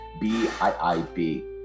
B-I-I-B